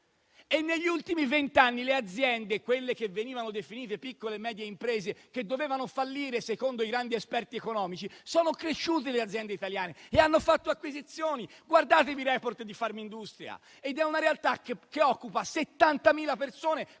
Negli ultimi vent'anni le aziende italiane - quelle che venivano definite piccole e medie imprese e che dovevano fallire secondo i grandi esperti economici - sono cresciute. Tali aziende sono cresciute e hanno fatto acquisizioni. Guardatevi i *report* di Farmindustria. È una realtà che occupa 70.000 persone